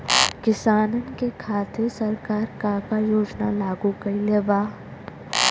किसानन के खातिर सरकार का का योजना लागू कईले बा?